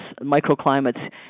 microclimates